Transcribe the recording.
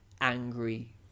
angry